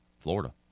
Florida